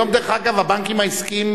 היום דרך אגב, הבנקים העסקיים,